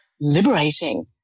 liberating